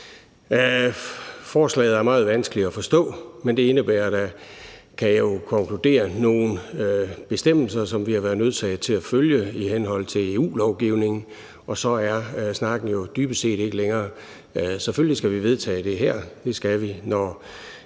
Forslaget er meget vanskeligt at forstå, men det indebærer, kan jeg jo konkludere, nogle bestemmelser, som vi har været nødsaget til at følge i henhold til EU-lovgivningen, og så er snakken jo dybest set ikke længere. Selvfølgelig skal vi vedtage det her. Det skal vi,